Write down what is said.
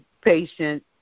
patient